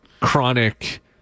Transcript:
chronic